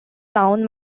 town